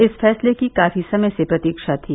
इस फैसले की काफी समय से प्रतीक्षा थी